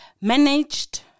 managed